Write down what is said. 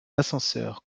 ascenseur